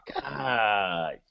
God